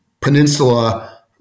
peninsula